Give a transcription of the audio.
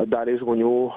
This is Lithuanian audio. daliai žmonių